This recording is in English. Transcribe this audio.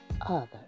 others